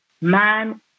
man